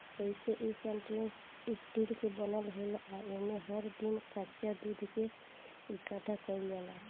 अइसे इ stainless steel के बनल होला आ एमे हर दिन कच्चा दूध के इकठ्ठा कईल जाला